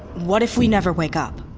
what if we never wake up?